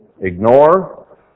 ignore